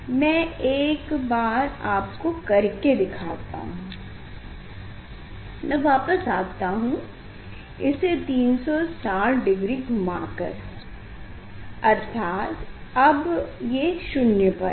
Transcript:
मैं एक बार आपको कर के दिखाता हूँ मैं वापस आता हूँ इसे 360 डिग्री घुमा कर अर्थात अब ये शून्य पर है